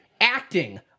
acting